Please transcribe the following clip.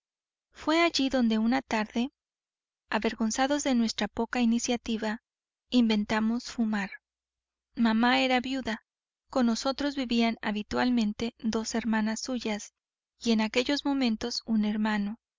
fué allí donde una tarde avengonzados de nuestra poca iniciativa inventamos fumar mamá era viuda con nosotros vivían habitualmente dos hermanas suyas y en aquellos momentos un hermano